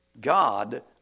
God